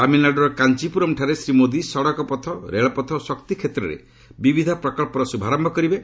ତାମିଲନାଡ଼ୁର କାଞ୍ଚିପୁରମ୍ଠାରେ ଶ୍ରୀ ମୋଦି ସଡ଼କପଥ ରେଳପଥ ଓ ଶକ୍ତି କ୍ଷେତ୍ରରେ ବିବିଧ ପ୍ରକଳ୍ପର ଶ୍ରଭାରମ୍ଭ କରିବେ